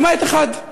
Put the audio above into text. למעט אחד,